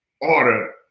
order